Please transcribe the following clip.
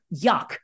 Yuck